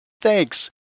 Thanks